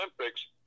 Olympics